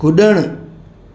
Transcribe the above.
कुड॒णु